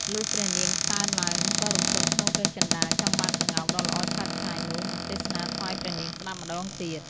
លុះព្រះនាងតើនឡើង ក៏រំពឹងក្នុងព្រះចិន្ដាចង់បានក្ងោកដ៏ល្អឆើតឆាយនោះ មកទេសនាថ្វាយព្រះនាងស្ដាប់ម្ដងទៀត។